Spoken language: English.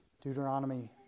Deuteronomy